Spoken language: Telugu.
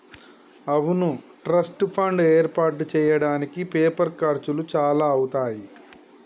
అవును ట్రస్ట్ ఫండ్ ఏర్పాటు చేయడానికి పేపర్ ఖర్చులు చాలా అవుతాయి